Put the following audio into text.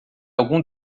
algum